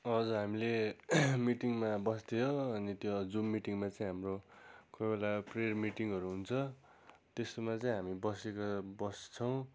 हजुर हामीले मिटिङमा बस्थ्यो अनि त्यो जुम मिटिङमा चाहिँ हाम्रो कोही बेला प्रेयर मिटिङहरू हुन्छ त्यस्तोमा चाहिँ हामी बसेको बस्छौँ